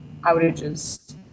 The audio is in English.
outages